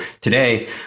today